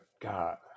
God